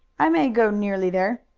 i may go nearly there.